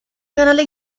canale